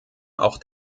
auch